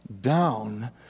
down